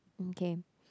okay